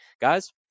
Guys